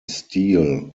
steele